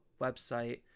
website